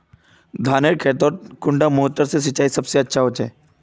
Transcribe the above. धानेर खेतोत कुन मोटर से सिंचाई सबसे अच्छा होचए?